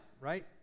right